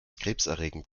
krebserregend